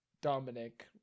Dominic